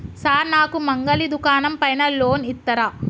Sir నాకు మంగలి దుకాణం పైన లోన్ ఇత్తరా?